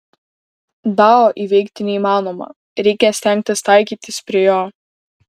dao įveikti neįmanoma reikia stengtis taikytis prie jo